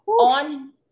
on